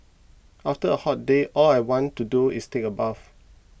after a hot day all I want to do is take a bath